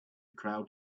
crowd